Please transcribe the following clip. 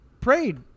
prayed